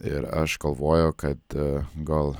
ir aš galvoju kad gal